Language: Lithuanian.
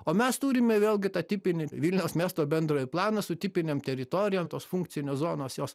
o mes turime vėlgi tą tipinį vilniaus miesto bendrąjį planą su tipinėm teritorijom tos funkcinės zonos jos